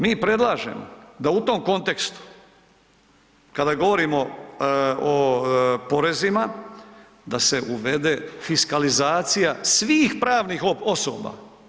Mi predlažemo da u tom kontekstu kada govorimo o porezima da se uvede fiskalizacija svih pravnih osoba.